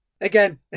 again